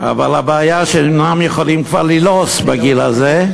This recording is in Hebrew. אבל הבעיה, שהם כבר אינם יכולים ללעוס בגיל הזה,